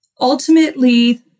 Ultimately